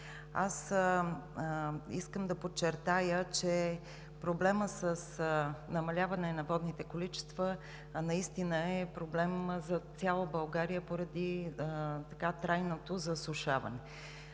Искам да подчертая, че проблемът с намаляване на водните количества наистина е проблем за цяла България поради трайното засушаване.